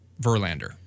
Verlander